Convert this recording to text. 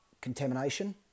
contamination